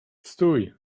stój